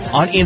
on